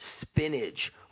Spinach